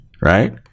right